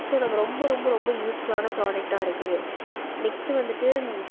so நம்ம ரொம்ப ரொம்ப ரொம்ப யூஸ்ஃபுல்லான ப்ராடக்டாக இருக்குது நெக்ஸ்ட் வந்துட்டு